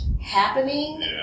happening